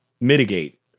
mitigate